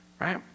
right